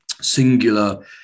singular